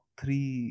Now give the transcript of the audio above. three